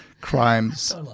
crimes